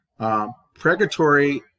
Pregatory